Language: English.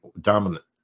dominant